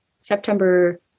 September